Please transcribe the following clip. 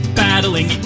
battling